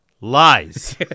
Lies